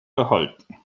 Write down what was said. erhalten